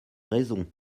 raison